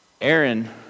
Aaron